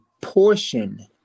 portion